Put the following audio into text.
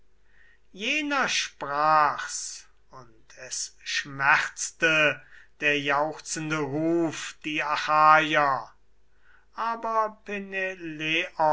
jener sprach's und es schmerzte der jauchzende ruf die achaier aber